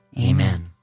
Amen